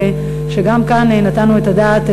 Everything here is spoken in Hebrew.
וגם כאן נתנו את הדעת,